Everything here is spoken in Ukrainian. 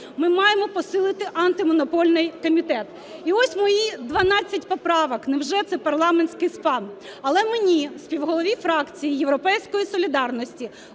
Ми маємо посилити Антимонопольний комітет. І ось мої дванадцять поправок – невже це парламентський спам? Але мені, співголові фракції "Європейської солідарності",